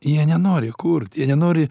jie nenori kurt jie nenori